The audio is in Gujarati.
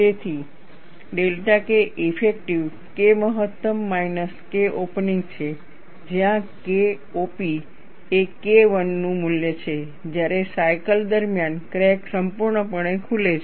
તેથી ડેલ્ટા K ઇફેક્ટિવ K મહત્તમ માઈનસ K ઓપનિંગ છે જ્યાં K op એ KI નું મૂલ્ય છે જ્યારે સાયકલ દરમિયાન ક્રેક સંપૂર્ણપણે ખુલે છે